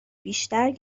بیشتر